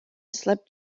slept